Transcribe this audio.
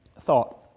thought